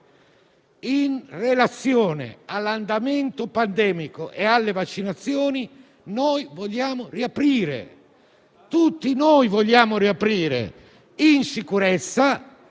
In relazione all'andamento pandemico e alle vaccinazioni, tutti noi vogliamo riaprire in sicurezza